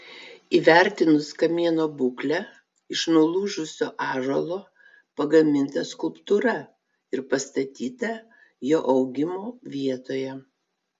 įvertinus kamieno būklę iš nulūžusio ąžuolo pagaminta skulptūra ir pastatyta jo augimo vietoje